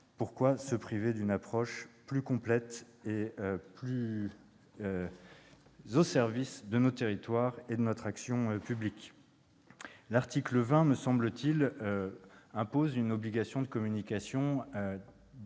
Pourquoi se priver d'une approche plus complète et plus au service de nos territoires et de notre action publique ?